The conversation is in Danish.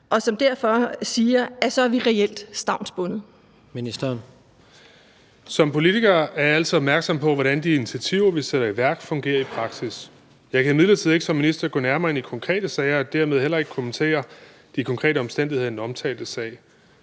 Boligministeren (Kaare Dybvad Bek): Som politiker er jeg altid opmærksom på, hvordan de initiativer, vi sætter i værk, fungerer i praksis. Jeg kan imidlertid ikke som minister gå nærmere ind i konkrete sager og dermed heller ikke kommentere de konkrete omstændigheder i den omtalte sag.